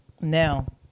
now